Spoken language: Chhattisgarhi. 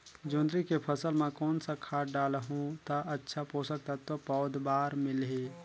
जोंदरी के फसल मां कोन सा खाद डालहु ता अच्छा पोषक तत्व पौध बार मिलही?